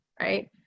Right